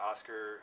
Oscar